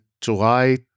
July